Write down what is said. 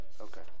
Okay